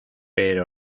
pero